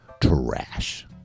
trash